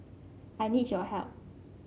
I need your help